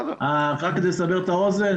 רק כדי לסבר את האוזן